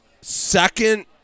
second